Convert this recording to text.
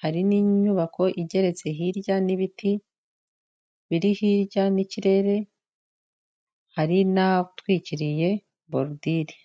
hari n'inyubako igeretse hirya n'ibiti biri hirya n'ikirere, hari n'ahatwikiriye borudiri.